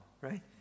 right